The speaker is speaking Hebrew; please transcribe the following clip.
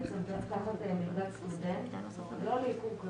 בעצם תחת מלגת סטודנט, לא לעיקור כלבים.